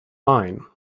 fine